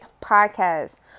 Podcast